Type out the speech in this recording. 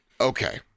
Okay